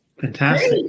Fantastic